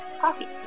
coffee